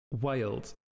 wild